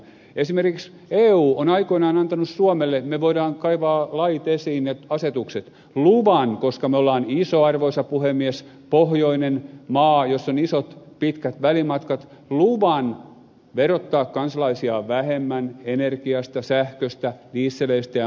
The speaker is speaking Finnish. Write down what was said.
esimerkiksi eu on aikoinaan antanut suomelle me voimme kaivaa lait asetukset esiin luvan verottaa kansalaisia vähemmän energiasta sähköstä dieseleistä ja muista koska me olemme iso arvoisa puhemies pohjoinen maa jossa on isot pitkät välimatkat luvan verottaa kansalaisia vähemmän energiasta sähköstä dieseleistä ja